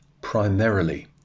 primarily